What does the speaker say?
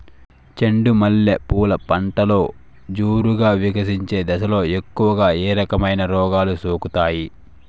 చెండు మల్లె పూలు పంటలో జోరుగా వికసించే దశలో ఎక్కువగా ఏ రకమైన రోగాలు సోకుతాయి?